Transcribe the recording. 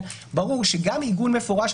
ברור שגם עיגון מפורש,